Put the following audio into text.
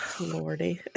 lordy